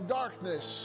darkness